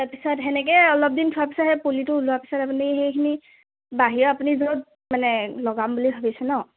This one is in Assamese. তাৰপিছত সেনেকেই অলপ দিন থোৱাৰ পিছত সেই পুলিটো ওলোৱাৰ পিছত আপুনি সেইখিনি বাহিৰৰ আপুনি য'ত মানে লগাম বুলি ভাবিছে ন'